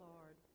Lord